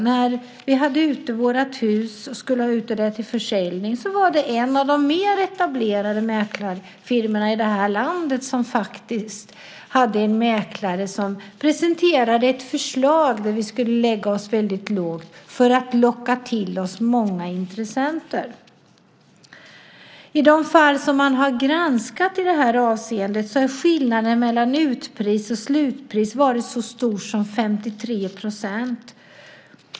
När vi skulle sätta ut vårt hus till försäljning var det en av de mer etablerade mäklarfirmorna i det här landet som hade en mäklare som presenterade ett förslag där vi skulle lägga oss väldigt lågt för att locka till oss många intressenter. I de fall som man har granskat i det här avseendet har skillnaden mellan utpris och slutpris varit så stor som 53 %.